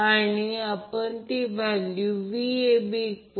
तर म्हणून यालाच Vab Vbc आणि Vca म्हणतात